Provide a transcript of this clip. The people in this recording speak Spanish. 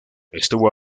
estuvo